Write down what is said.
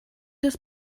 des